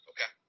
Okay